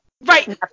Right